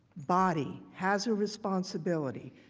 body has a responsibility.